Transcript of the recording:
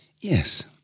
Yes